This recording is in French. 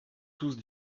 tous